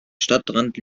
stadtrand